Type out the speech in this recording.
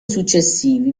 successivi